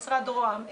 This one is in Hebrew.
משרד רוה"מ,